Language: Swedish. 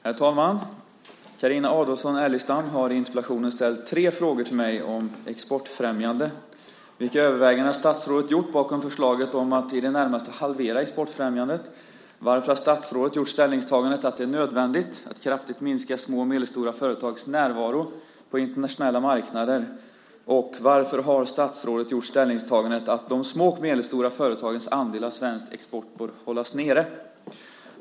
Herr talman! Carina Adolfsson Elgestam har i interpellationen ställt tre frågor till mig om exportfrämjande: Vilka överväganden har statsrådet gjort bakom förslaget att i det närmaste halvera exportfrämjandet? Varför har statsrådet gjort ställningstagandet att det är nödvändigt att kraftigt minska små och medelstora företags närvaro på internationella marknader? Varför har statsrådet gjort ställningstagandet att de små och medelstora företagens andel av svensk export bör hållas nere?